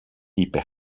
είπε